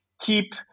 keep